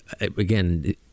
again